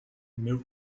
meu